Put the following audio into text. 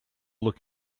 look